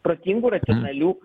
protingų racionalių